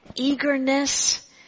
eagerness